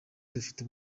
dufite